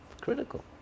critical